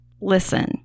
Listen